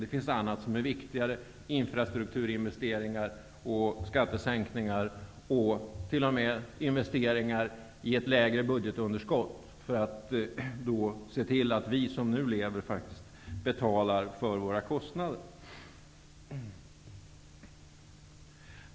Det finns annat som är viktigare: infrastrukturinvesteringar, skattesänkningar och t.o.m. investeringar i ett mindre budgetunderskott, för att se till att vi som nu lever faktiskt betalar för våra kostnader.